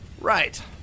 Right